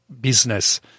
business